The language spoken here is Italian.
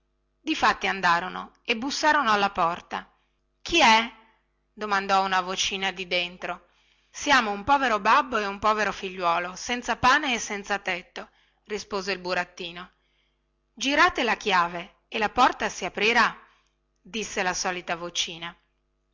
difatti andarono e bussarono alla porta chi è disse una vocina di dentro siamo un povero babbo e un povero figliuolo senza pane e senza tetto rispose il burattino girate la chiave e la porta si aprirà disse la solita vocina